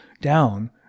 down